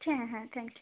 হ্যাঁ হ্যাঁ thank you